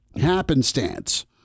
happenstance